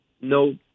no